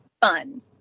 fun